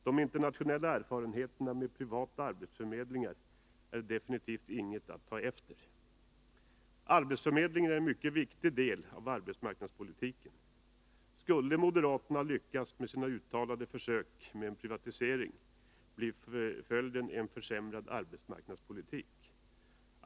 De internationella erfarenheterna med privata arbetsförmedlingar är definitivt inget att ta efter. Arbetsförmedlingen är en mycket viktig del av arbetsmarknadspolitiken. Skulle moderaterna lyckas med sina uttalade försök till en privatisering, blir följden en försämrad arbetsmarknadspolitik.